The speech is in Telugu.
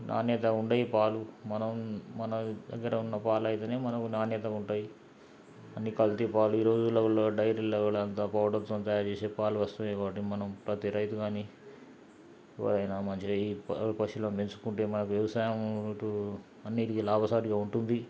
నాణ్యత ఉండవు పాలు మనం మన దగ్గర ఉన్న పాలు అయితేనే మనకు నాణ్యత ఉంటాయి అన్ని కల్తీ పాలు ఈ రోజులలో డైరీలో కూడా అంతా పౌడర్తో తయారు చేసిన పాలు వస్తున్నయి కాబట్టి మనం ప్రతి రైతుగానీ ఎవరైనా మంచి పశువులను పెంచుకుంటే మనకు వ్యవసాయం ఇటు అన్నిటికీ లాభసాటిగా ఉంటుంది